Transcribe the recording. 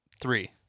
three